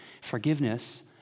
Forgiveness